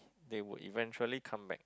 they will eventually come back